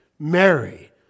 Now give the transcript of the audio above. Mary